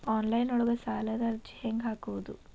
Online ಒಳಗ ಸಾಲದ ಅರ್ಜಿ ಹೆಂಗ್ ಹಾಕುವುದು?